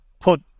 put